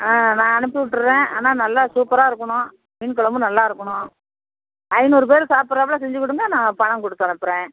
ஆ நான் அனுப்பிவிட்டுறேன் ஆனால் நல்லா சூப்பராக இருக்கணும் மீன் கொழம்பு நல்லா இருக்கணும் ஐந்நூறு பேர் சாப்பிட்றாப்புல செஞ்சுக் கொடுங்க நான் பணம் கொடுத்து அனுப்புகிறேன்